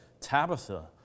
Tabitha